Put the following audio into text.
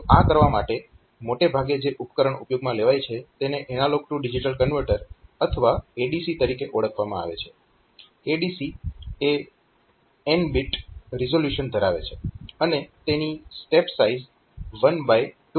તો આ કરવા માટે મોટે ભાગે જે ઉપકરણ ઉપયોગમાં લેવાય છે તેને એનાલોગ ટુ ડિજીટલ કન્વર્ટર અથવા ADC તરીકે ઓળખવામાં આવે છે ADC એ n બીટ રીઝોલ્યુશન ધરાવે છે અને તેની સ્ટેપ સાઇઝ 12n છે